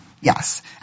Yes